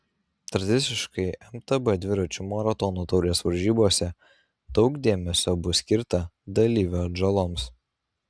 tradiciškai mtb dviračių maratonų taurės varžybose daug dėmesio bus skirta dalyvių atžaloms